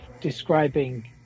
describing